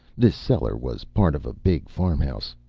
this cellar was part of a big farmhouse.